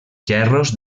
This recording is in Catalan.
gerros